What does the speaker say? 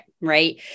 right